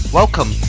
welcome